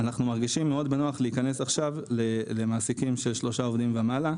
אנחנו מרגישים מאוד בנוח להיכנס עכשיו למעסיקים של שלושה עובדים ומעלה.